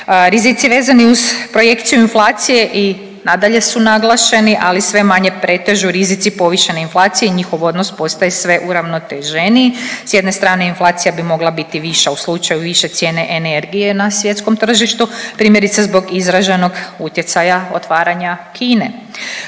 Rizici vezani uz projekciju inflacije i nadalje su naglašeni, ali sve manje pretežu rizici povišene inflacije, njihov odnos postaje sve uravnoteženiji. S jedne strane inflacija bi mogla biti viša u slučaju više cijene energije na svjetskom tržištu primjerice zbog izraženog utjecaja otvaranja Kine.